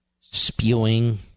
spewing